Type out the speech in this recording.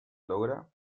logra